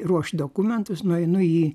ruošt dokumentus nueinu į